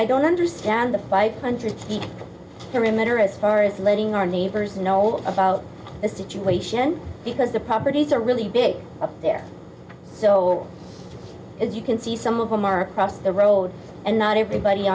i don't understand the five hundred feet or emitter as far as letting our neighbors know about the situation because the properties are really big up there so as you can see some of them are cross the road and not everybody